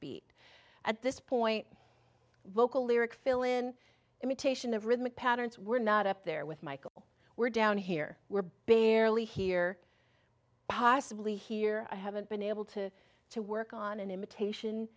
beat at this point vocal lyric fill in imitation of rhythmic patterns we're not up there with michael we're down here we're barely here possibly here i haven't been able to to work on an imitation